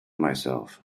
myself